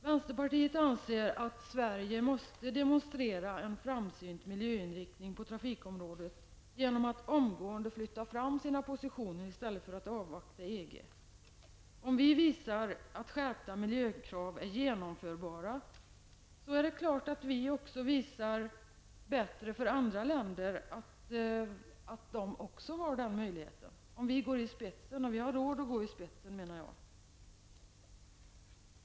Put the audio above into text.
Vänsterpartiet anser att Sverige måste demonstrera en framsynt miljöinriktning på trafikområdet genom att, i stället för att avvakta EG, omgående flytta fram sina positioner. Om vi visar att skärpta miljökrav är genomförbara visar vi naturligtvis bättre för andra länder att de också har den möjligheten. Det gör vi om vi går i spetsen, och vi har råd att gå i spetsen, menar jag.